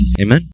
Amen